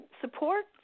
support